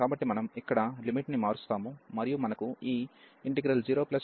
కాబట్టి మనం ఇక్కడ లిమిట్ ని మారుస్తాము మరియు మనకు ఈ 0b afx dx లభిస్తుంది